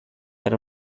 era